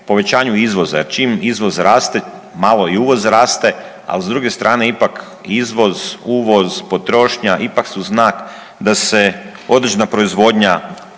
povećanju izvoza, jer čim izvoz raste, malo i uvoz raste, ali s druge strane ipak izvoz, uvoz, potrošnja ipak su znak da se određena proizvodnja